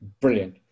Brilliant